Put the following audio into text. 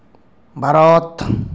Bharat